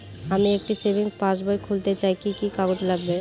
আমি একটি সেভিংস পাসবই খুলতে চাই কি কি কাগজ লাগবে?